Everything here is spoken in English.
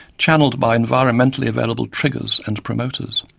channelled by environmentally available triggers and promoters?